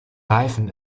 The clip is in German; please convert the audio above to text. reifen